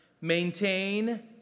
Maintain